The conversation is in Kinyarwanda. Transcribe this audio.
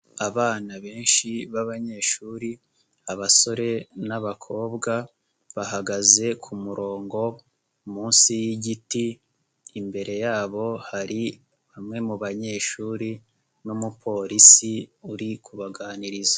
Abana benshi b'abanyeshuri abasore n'abakobwa, bahagaze ku murongo munsi y'igiti, imbere yabo hari bamwe mu banyeshuri n'umupolisi uri kubaganiriza.